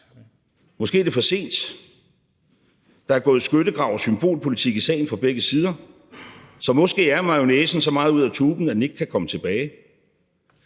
Måske er det for sent. Der er gået skyttegrav og symbolpolitik i sagen fra begge sider. Så måske er mayonnaisen så meget ude af tuben, at den ikke kan komme tilbage.